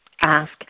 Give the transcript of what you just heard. ask